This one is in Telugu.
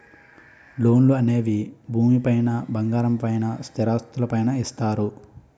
లోన్లు అనేవి భూమి పైన బంగారం పైన స్థిరాస్తులు పైన ఇస్తారు